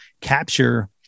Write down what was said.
capture